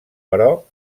però